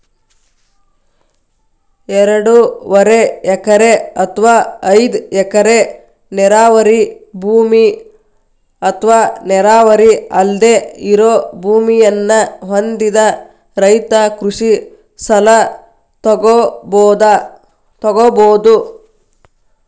ಎರಡೂವರೆ ಎಕರೆ ಅತ್ವಾ ಐದ್ ಎಕರೆ ನೇರಾವರಿ ಭೂಮಿ ಅತ್ವಾ ನೇರಾವರಿ ಅಲ್ದೆ ಇರೋ ಭೂಮಿಯನ್ನ ಹೊಂದಿದ ರೈತ ಕೃಷಿ ಸಲ ತೊಗೋಬೋದು